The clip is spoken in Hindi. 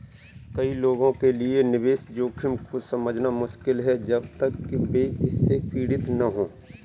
कई लोगों के लिए निवेश जोखिम को समझना मुश्किल है जब तक कि वे इससे पीड़ित न हों